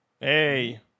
hey